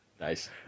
Nice